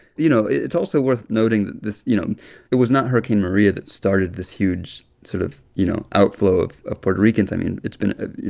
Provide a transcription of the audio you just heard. you know, it's also worth noting that this, you know it was not hurricane maria that started this huge sort of, you know, outflow of of puerto ricans. i mean, it's been ah you